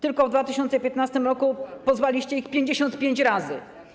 Tylko w 2015 r. pozwaliście ich 55 razy.